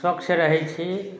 स्वच्छ रहय छी